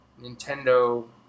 nintendo